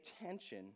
attention